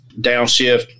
downshift